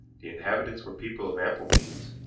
the inhabitants were people of ample means,